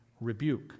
rebuke